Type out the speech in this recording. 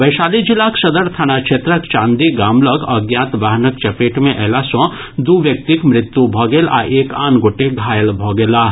वैशाली जिलाक सदर थाना क्षेत्रक चांदी गाम लऽग अज्ञात वाहनक चपेट मे अयला सॅ दू व्यक्तिक मृत्यु भऽ गेल आ एक आन गोटे घायल भऽ गेलाह